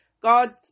God